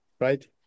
right